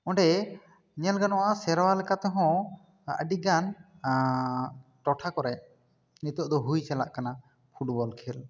ᱚᱸᱰᱮ ᱧᱮᱞ ᱜᱟᱱᱚᱜᱼᱟ ᱥᱮᱨᱣᱟ ᱞᱮᱠᱟ ᱛᱮᱦᱚᱸ ᱟᱹᱰᱤ ᱜᱟᱱ ᱴᱚᱴᱷᱟ ᱠᱚᱨᱮ ᱱᱤᱛᱚᱜ ᱫᱚ ᱦᱩᱭ ᱪᱟᱞᱟᱜ ᱠᱟᱱᱟ ᱯᱷᱩᱴᱵᱚᱞ ᱠᱷᱮᱞ